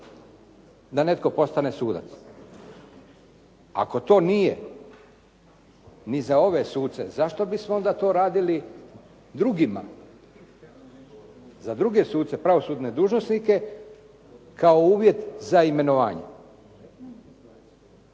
da netko postane sudac, ako to nije ni za ove suce, zašto bismo onda to radili drugima, za druge suce pravosudne dužnosnike kao uvjet za imenovanje.